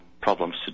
problems